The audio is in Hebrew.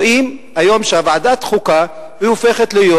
רואים היום שוועדת החוקה הופכת להיות